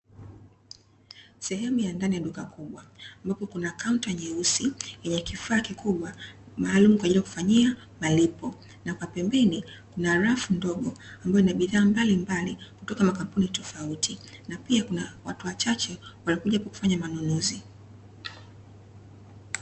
Sehemu ya ndani duka kubwa ambapo kuna kaunta nyeusi yenye kifaa kikubwa maalumu kwa ajili ya kufanyia malipo, na kwa pembeni kuna rafu ndogo ambayo ina bidhaa mbalimbali kutoka makampuni tofauti, na pia kuna watu wachache wanakuja kufanya manunuzi.